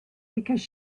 because